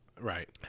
Right